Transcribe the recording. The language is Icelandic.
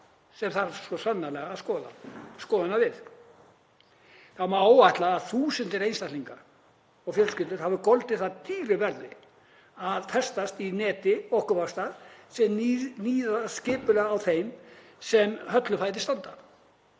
og þarf svo sannarlega skoðunar við. Það má áætla að þúsundir einstaklinga og fjölskyldur hafi goldið það dýru verði að festast í neti okurvaxta sem níðast á þeim sem höllum fæti standa